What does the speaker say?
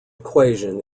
equation